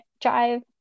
drive